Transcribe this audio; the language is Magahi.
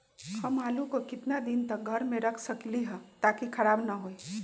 हम आलु को कितना दिन तक घर मे रख सकली ह ताकि खराब न होई?